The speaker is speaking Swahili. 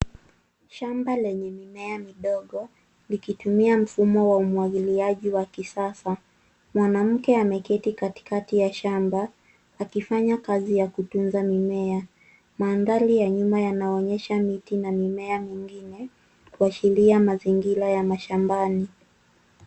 Shamba lenye mimea midogo likitumia mfumo wa umwagiliaji wa kisasa. Mwanamke ameketi katikati ya shamba akifanya kazi ya kutunza mimea. Mandhari ya nyuma yanaonyesha miti na mimea mingine kuashiria mazingira ya mashambani.